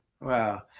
Wow